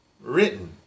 written